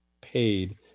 paid